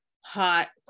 hot